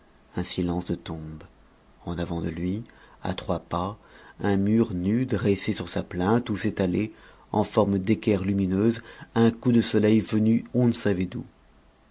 un silence de tombe en avant de lui à trois pas un mur nu dressé sur sa plinthe où s'étalait en forme d'équerre lumineuse un coup de soleil venu on ne savait d'où